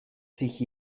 sich